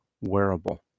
wearable